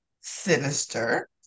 Sinister